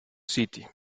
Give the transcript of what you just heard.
city